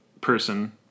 person